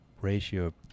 ratio